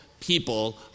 people